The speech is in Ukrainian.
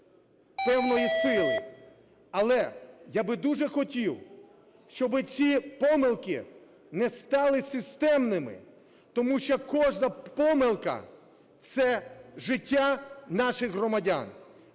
темної сили. Але я би дуже хотів, щоби ці помилки не стали системними, тому що кожна помилка – це життя наших громадян.